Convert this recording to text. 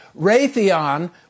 Raytheon